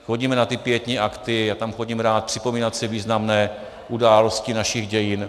Chodíme na ty pietní akty, já tam chodím rád připomínat si významné události našich dějin.